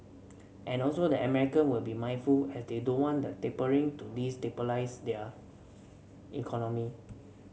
and also the American will be mindful as they don't want the tapering to destabilise their economy